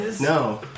No